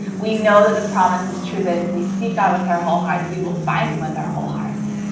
we know that the promise is true that if we seek out with our whole hearts we will find him with our whole hearts